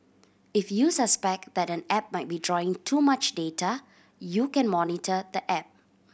if you suspect that an app might be drawing too much data you can monitor the app